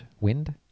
Wind